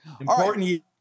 Important